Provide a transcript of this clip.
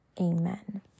amen